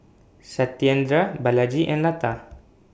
Satyendra Balaji and Lata